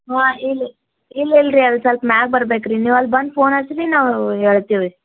ಹಾಂ ಇಲ್ಲಿ ಇಲ್ಲ ಇಲ್ರಿ ಅದು ಸೋಲ್ಪ ಮ್ಯಾಗ ಬರ್ಬೆಕು ರೀ ನೀವು ಅಲ್ಲಿ ಬಂದು ಫೋನ್ ಹಚ್ರಿ ನಾವು ಹೇಳ್ತೀವಿ